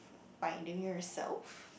finding yourself